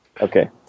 Okay